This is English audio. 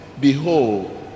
behold